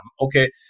okay